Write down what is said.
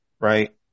right